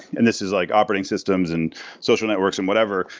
and this is like operating systems and social networks and whatever.